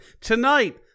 tonight